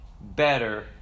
better